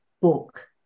book